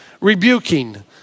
rebuking